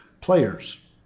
players